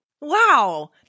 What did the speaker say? Wow